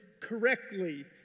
correctly